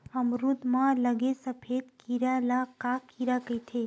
अमरूद म लगे सफेद कीरा ल का कीरा कइथे?